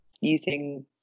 using